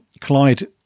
Clyde